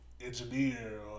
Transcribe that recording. engineer